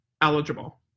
eligible